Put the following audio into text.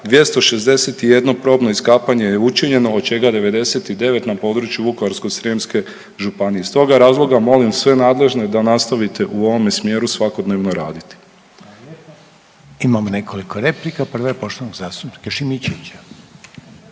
261 probno iskapanje je učinjeno od čega 99 na području Vukovarsko-srijemske županije. Iz toga razloga molim sve nadležne da nastavite u ovome smjeru svakodnevno raditi. **Reiner, Željko (HDZ)** Imamo nekoliko replika, prva je poštovanog zastupnika Šimičevića,